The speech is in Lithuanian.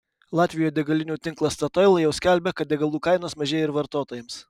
latvijoje degalinių tinklas statoil jau skelbia kad degalų kainos mažėja ir vartotojams